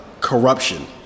Corruption